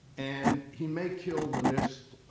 and he may kill the nist,